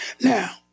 Now